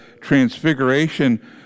transfiguration